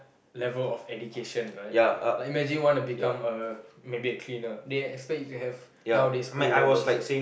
level of education right like imagine wanna become a maybe a cleaner they expect you to have nowadays O-level cert